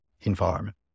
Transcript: environment